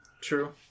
True